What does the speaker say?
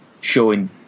showing